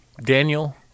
Daniel